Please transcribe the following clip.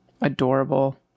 Adorable